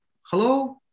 hello